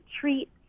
treats